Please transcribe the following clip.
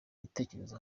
ibitekerezo